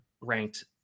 ranked